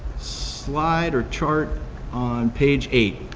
slide or chart on page eight.